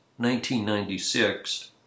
1996